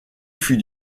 fut